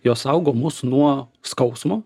jos saugo mus nuo skausmo